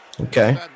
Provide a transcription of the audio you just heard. Okay